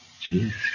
Jesus